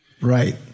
Right